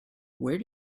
where